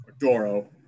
Doro